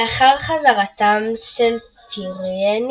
לאחר חזרתם של טיירני